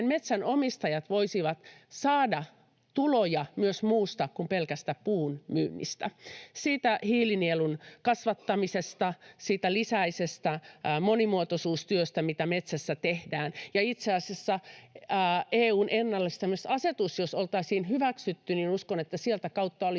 metsänomistajat voisivat saada tuloja myös muusta kuin pelkästä puun myynnistä — siitä hiilinielun kasvattamisesta, siitä lisäisestä monimuotoisuustyöstä, mitä metsässä tehdään. Itse asiassa jos EU:n ennallistamisasetus oltaisiin hyväksytty, niin uskon, että sitä kautta olisi